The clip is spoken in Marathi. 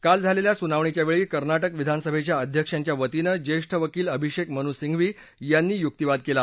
काल झालेल्या सुनावणीच्या वेळी कर्नाटक विधानसभेच्या अध्यक्षांच्या वतीनं ज्येष्ठ वकील अभिषेक मनू सिंघवी यांनी युक्तिवाद केला